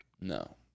No